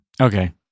Okay